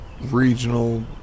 regional